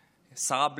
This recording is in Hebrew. שרה בלי איזה תיק.